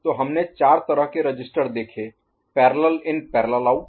तो हमने चार तरह के रजिस्टर देखे पैरेलल इन पैरेलल आउट